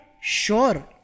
sure